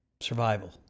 Survival